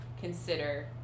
consider